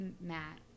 matt